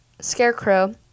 Scarecrow